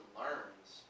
learns